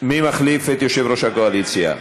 מי מחליף את יושב-ראש הקואליציה?